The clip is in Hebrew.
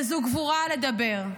וזו גבורה לדבר.